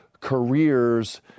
careers